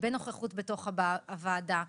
בנוכחות בתוך הוועדה,